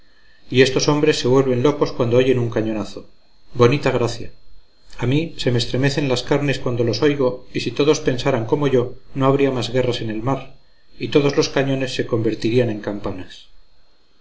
y estos hombres se vuelven locos cuando oyen un cañonazo bonita gracia a mí se me estremecen las carnes cuando los oigo y si todos pensaran como yo no habría más guerras en el mar y todos los cañones se convertirían en campanas